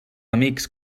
amics